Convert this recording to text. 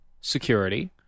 security